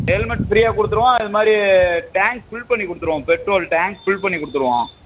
helmet ஃப்ரீயாக கொடுத்துருவோம் அது மாதிரி டேங்க் ஃபில் பண்ணிக் கொடுத்துருவோம் பெட்ரோல் டேங்க் ஃபில் பண்ணிக் கொடுத்துருவோம்